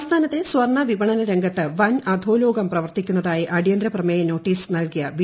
സംസ്ഥാനത്തെ സ്വർണ വിപണന രംഗത്ത് വൻ ്ട് ആധോലോകം പ്രവർത്തിക്കുന്നതായി അടിയന്തര പ്രമേയ നോട്ടീസ്ക് ്നൽകിയ വി